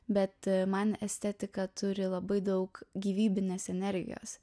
bet man estetika turi labai daug gyvybinės energijos